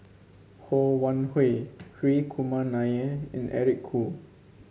Ho Wan Hui Hri Kumar Nair and Eric Khoo